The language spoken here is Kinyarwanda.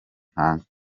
ntanga